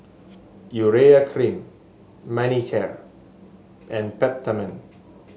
Urea Cream Manicare and Peptamen